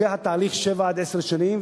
והתהליך לוקח שבע עד עשר שנים.